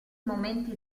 momenti